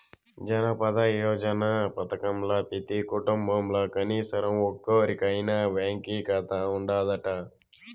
జనదన యోజన పదకంల పెతీ కుటుంబంల కనీసరం ఒక్కోరికైనా బాంకీ కాతా ఉండాదట